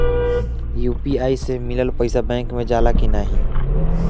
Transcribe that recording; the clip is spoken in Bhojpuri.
यू.पी.आई से मिलल पईसा बैंक मे जाला की नाहीं?